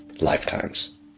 Lifetimes